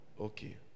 Okay